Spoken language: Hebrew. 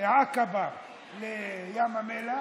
עקבה לים המלח.